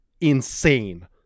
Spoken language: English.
insane